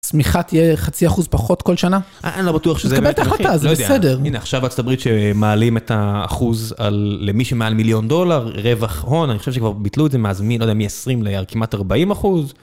הצמיכה תהיה חצי אחוז פחות כל שנה אני לא בטוח שזה בסדר הנה עכשיו ארצות הברית שמעלים את האחוז על למי שמעל מיליון דולר רווח הון אני חושב שכבר ביטלו מאז מ-20 לכמעט 40 אחוז.